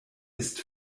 ist